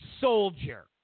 soldier